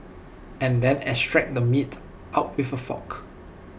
and then extract the meat out with A fork